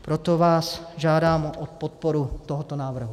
Proto vás žádám o podporu tohoto návrhu.